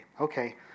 Okay